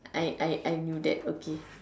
I I I knew that okay